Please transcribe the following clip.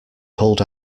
pulled